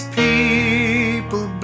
people